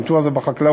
שנטוע זה בחקלאות,